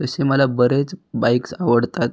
तशे मला बरेच बाईक्स आवडतात